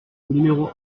numéro